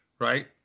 right